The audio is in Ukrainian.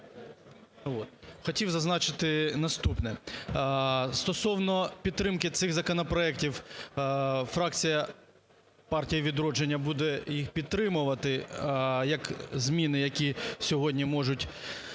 Хотів зазначити наступне. Стосовно підтримки цих законопроект фракція "Партії "Відродження" буде їх підтримувати як зміни, які сьогодні можуть